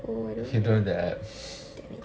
oh I don't damn it